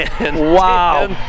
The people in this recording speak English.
Wow